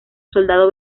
soldado